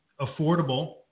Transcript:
affordable